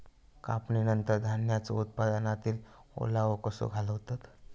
कापणीनंतर धान्यांचो उत्पादनातील ओलावो कसो घालवतत?